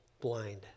blind